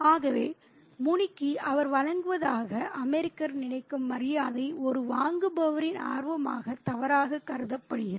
ஆகவே முனிக்கு அவர் வழங்குவதாக அமெரிக்கர் நினைக்கும் மரியாதை ஒரு வாங்குபவரின் ஆர்வமாக தவறாக கருதப்படுகிறது